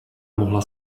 mohla